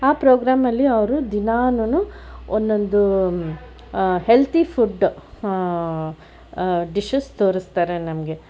ಆ ಪ್ರೋಗ್ರಾಂ ಅಲ್ಲಿ ಅವರು ದಿನಾನೂನು ಒಂದೊಂದು ಹೆಲ್ತಿ ಫುಡ್ ಡಿಶಸ್ ತೋರಿಸ್ತಾರೆ ನಮಗೆ